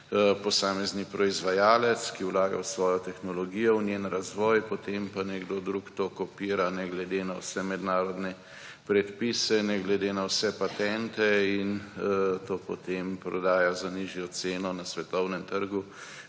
posamezni proizvajalec, ki vlaga v svojo tehnologijo, v njen razvoj, potem pa nekdo drug to kopira ne glede na vse mednarodne predpise, ne glede na vse patente. In to potem prodajo za nižjo ceno na svetovnem trgu,